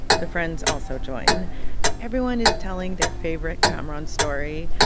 the friends also join. and everyone is telling their favorite kamaran story.